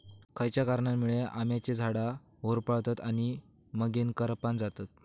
खयच्या कारणांमुळे आम्याची झाडा होरपळतत आणि मगेन करपान जातत?